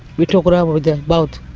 we talk it over with them both.